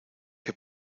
que